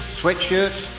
sweatshirts